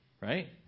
right